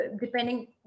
depending